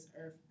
earth